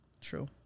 True